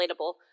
relatable